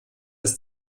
das